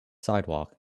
sidewalk